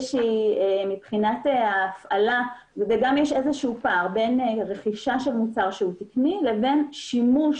וגם יש פער בין רכישה של מוצר שהוא תקני לבין שימוש